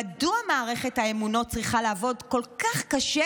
מדוע מערכת האמונות צריכה לעבוד כל כך קשה